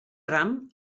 tram